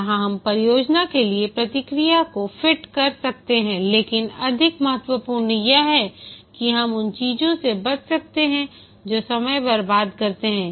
यहां हम परियोजना के लिए प्रक्रिया को फिट कर सकते हैं लेकिन अधिक महत्वपूर्ण यह है कि हम उन चीजों से बच सकते हैं जो समय बर्बाद करते हैं